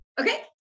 Okay